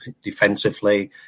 defensively